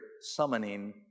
summoning